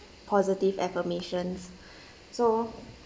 positive affirmation so